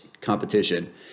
competition